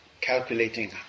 calculating